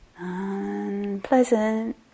unpleasant